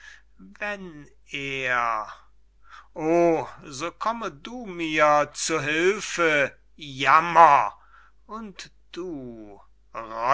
wenn er o so komme du mir zu hülfe jammer und du